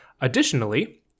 Additionally